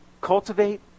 Cultivate